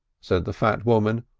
said the fat woman,